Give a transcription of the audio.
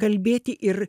kalbėti ir